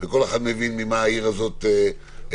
וכל אחד מבין ממה העיר הזאת מורכבת,